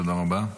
תודה רבה.